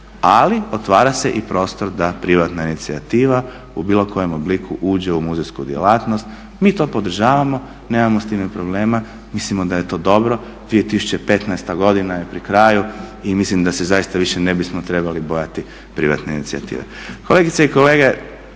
ali otvara se i prostor da privatna inicijativa u bilo kojem obliku uđe u muzejsku djelatnost. Mi to podržavamo, nemamo sa time problema, mislimo da je to dobro. 2015. godina je pri kraju i mislim da se zaista više ne bismo trebali bojati privatne inicijative. Kolegice i kolege,